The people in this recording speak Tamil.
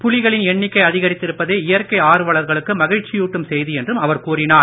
புலிகளின் எண்ணிக்கை அதிகரித்திருப்பது இயற்கை ஆர்வலர்களுக்கு மகிழ்ச்சியூட்டும் செய்தி என்றும் அவர் கூறினார்